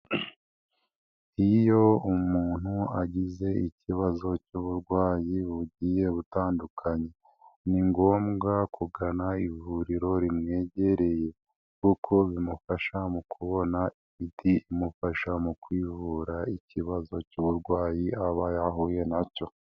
Iyo umuntu agize ikibazo cy'uburwayi bugiye butandukanye, ni ngombwa kugana ivuriro rimwegereye kuko bimufasha mu kubona imiti imufasha mu kwivura ikibazo cy'uburwayi aba yahuye nacyo.